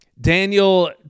Daniel